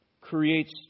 creates